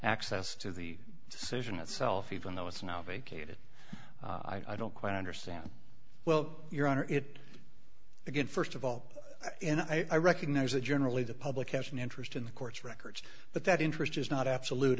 access to the decision itself even though it's now vacated i don't quite understand well your honor it again first of all i recognize that generally the public has an interest in the court's records but that interest is not absolute